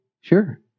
sure